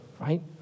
right